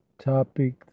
Topic